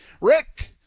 Rick